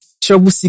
trouble